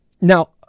now